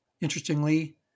Interestingly